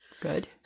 Good